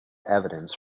evidence